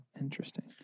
interesting